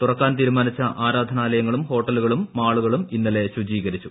തുറക്കാൻ തീരുമാനിച്ച ആരാധനാലയങ്ങളും ഹ്ടോട്ടില്ലുക്ളും മാളുകളും ഇന്നലെ ശുചീകരിച്ചു